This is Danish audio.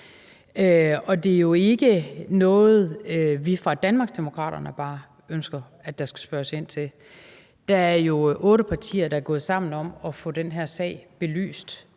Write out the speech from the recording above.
det er jo ikke noget, vi bare fra Danmarksdemokraternes side ønsker at der skal spørges ind til. Der er otte partier, der er gået sammen om at få den her sag belyst,